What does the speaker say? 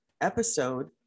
episode